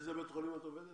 באיזה בית חולים את עובדת?